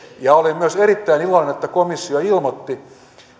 olin myös erittäin iloinen että komissio ilmoitti